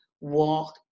walk